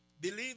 believe